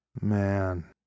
Man